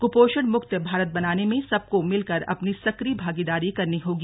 क्पोषण मुक्त भारत बनाने में सबको मिलकर अपनी सक्रिय भागीदारी करनी होगी